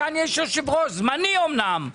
כאן יש יושב-ראש, זמני אומנם.